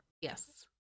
Yes